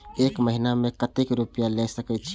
एक महीना में केते रूपया ले सके छिए?